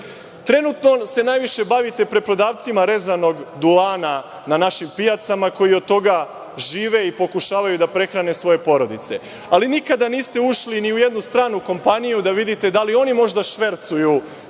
Trenutno se najviše bavite preprodavcima rezanog duvana na našim pijacama koji od toga žive i pokušavaju da prehrane svoje porodice. Nikada niste ušli ni u jednu stranu kompaniju da vidite da li oni možda švercuju